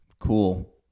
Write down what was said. Cool